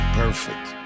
perfect